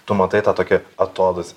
tu matai tą tokį atodūsį